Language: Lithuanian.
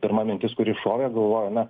pirma mintis kuri šovė galvoju na